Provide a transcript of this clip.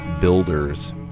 Builders